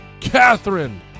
Catherine